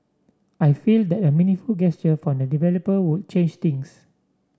I feel that a meaningful gesture from the developer would change things